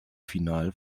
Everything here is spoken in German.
final